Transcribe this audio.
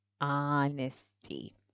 honesty